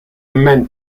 meant